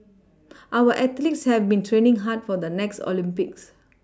our athletes have been training hard for the next Olympics